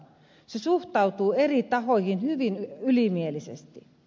se suhtautuu eri tahoihin hyvin ylimielisesti